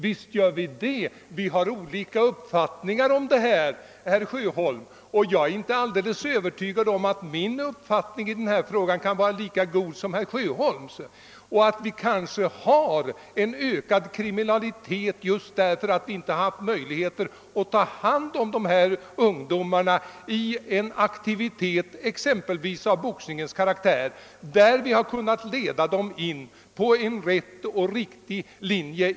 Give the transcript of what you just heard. Visst gör jag det, men vi har olika uppfattningar och jag är inte alls övertygad om att inte min mening i denna fråga kan vara lika god som herr Sjöholms. Vi har kanske en större kriminalitet just därför att vi inte kunnat ta hand om ungdomarna och anvisa dem en aktivitet med exempelvis boxningens karaktär, varvid de kunnat ledas in på en riktig väg.